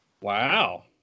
Wow